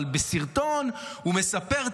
אבל בסרטון הוא מספר,